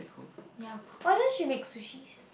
ya why don't she make sushis